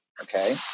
Okay